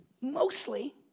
mostly